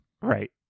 Right